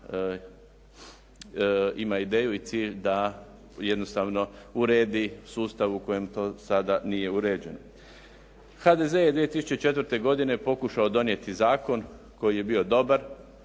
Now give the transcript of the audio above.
ima ideju i cilj da jednostavno uredi sustav u kojem to sada nije uređen. HDZ je 2004. pokušao donijeti zakon koji je bio dobar,